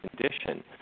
condition